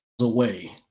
Away